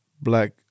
Black